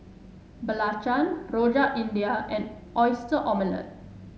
Belacan Rojak India and Oyster Omelette